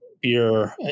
beer